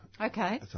Okay